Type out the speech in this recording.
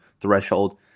threshold